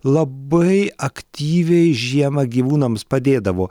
labai aktyviai žiemą gyvūnams padėdavo